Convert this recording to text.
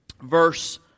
verse